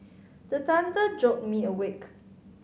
the thunder jolt me awake